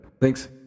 Thanks